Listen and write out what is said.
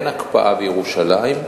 אין הקפאה בירושלים.